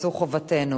וזו חובתנו.